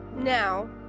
now